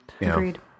Agreed